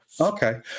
Okay